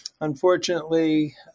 unfortunately